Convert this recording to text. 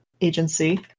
agency